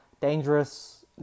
dangerous